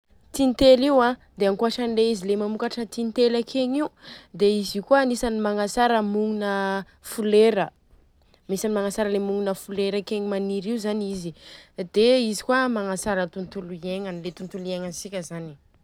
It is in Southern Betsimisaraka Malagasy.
Tintely io a dia ankoatrany le izy mamokatra tintely akegny io dia izy io kôa agnisany magnatsara mognina folera. Agnisany magnatsara mognina folera akegny maniry io zany izy. Dia izy koa magnatsara tontolo iegnana, tontolo iegnantsika zany.